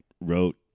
wrote